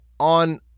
on